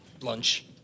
lunch